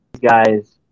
guys